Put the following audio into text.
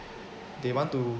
they want to